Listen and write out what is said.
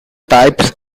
types